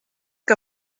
que